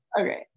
okay